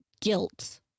guilt